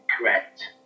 correct